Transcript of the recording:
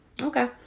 okay